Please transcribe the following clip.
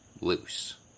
loose